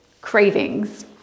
Cravings